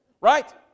right